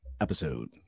episode